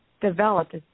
developed